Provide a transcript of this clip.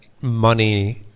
money